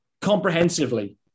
comprehensively